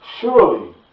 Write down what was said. Surely